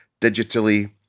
digitally